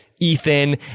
Ethan